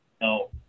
No